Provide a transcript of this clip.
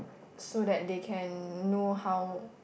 so that they can know how